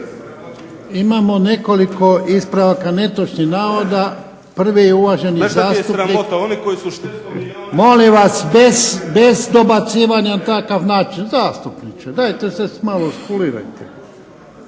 Imamo nekoliko ispravaka netočnih navoda. Prvi je uvaženi zastupnik… … /Upadica se ne razumije./… Molim vas, bez dobacivanja na takav način. Zastupniče, dajte se malo skulirajte.